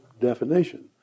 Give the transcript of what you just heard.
definition